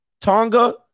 Tonga